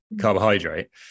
carbohydrate